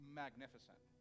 magnificent